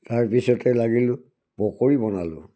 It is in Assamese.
তাৰপিছতে লাগিলোঁ পকৰি বনালোঁ